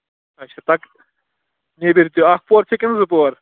اچھا پَتہٕ نیٚبٕرۍ تہِ اکھ پور چھےٚ کِنہٕ زٕ پور